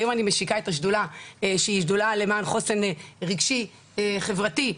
שהיא שדולה למען חוסן רגשי חברתי,